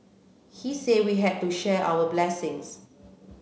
he say we had to share our blessings